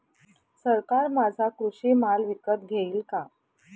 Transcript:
सरकार माझा कृषी माल विकत घेईल का?